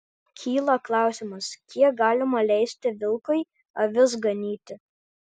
kyla klausimas kiek galima leisti vilkui avis ganyti